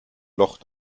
loch